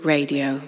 Radio